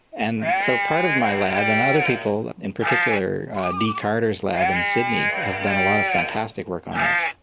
and so part of my lab, and other people, in particular dee carter's lab in sydney has done a lot of fantastic work on this,